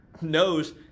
knows